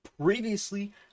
previously